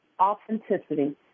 authenticity